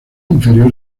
inferior